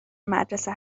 مدرسه